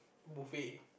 buffet